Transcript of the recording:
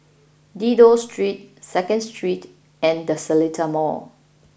Dido Street Second Street and The Seletar Mall